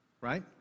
Right